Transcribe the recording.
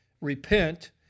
repent